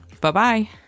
Bye-bye